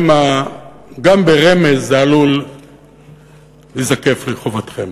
שמא גם ברמז זה עלול להיזקף לחובתכם.